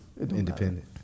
Independent